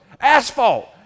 Asphalt